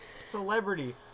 celebrity